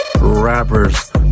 rappers